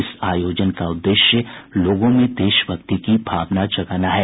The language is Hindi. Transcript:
इस आयोजन का उद्देश्य लोगों में देशभक्ति की भावना जगाना है